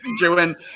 Joanne